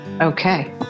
Okay